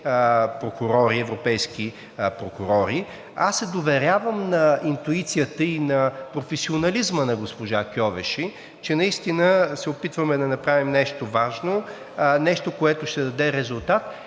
на тези европейски прокурори. Аз се доверявам на интуицията и на професионализма на госпожа Кьовеши, че наистина се опитваме да направим нещо важно, нещо, което ще даде резултат